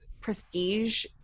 Prestige